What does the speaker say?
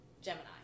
Gemini